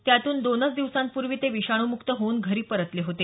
त्यातून दोनच दिवसांपूर्वी ते विषाणूमुक्त होऊन घरी परतले होते